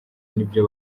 n’ibyo